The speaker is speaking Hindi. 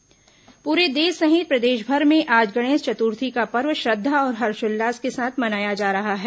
गणेश चतुर्थी पूरे देश सहित प्रदेशभर में आज गणेश चतुर्थी का पर्व श्रद्धा और हर्षोल्लास के साथ मनाया जा रहा है